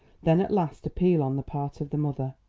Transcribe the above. then a last appeal on the part of the mother.